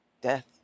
death